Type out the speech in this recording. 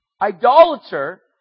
idolater